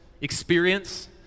experience